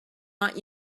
not